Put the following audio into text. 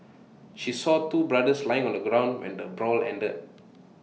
she saw two brothers lying on the ground when the brawl ended